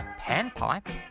Panpipe